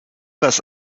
was